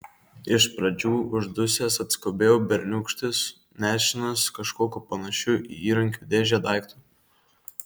iš pradžių uždusęs atskubėjo berniūkštis nešinas kažkokiu panašiu į įrankių dėžę daiktu